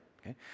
okay